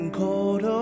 cold